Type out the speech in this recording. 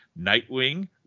Nightwing